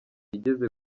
igeze